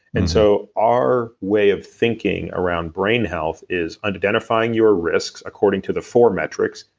and so our way of thinking around brain health is identifying your risks according to the four metrics,